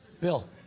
Bill